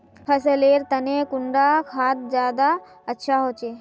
फसल लेर तने कुंडा खाद ज्यादा अच्छा होचे?